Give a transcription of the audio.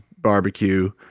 barbecue